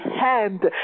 hand